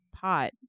pot